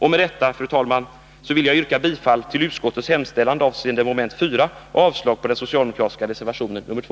Med detta, fru talman, vill jag yrka bifall till utskottets hemställan avseende mom. 4 och avslag på den socialdemokratiska reservationen nr 2.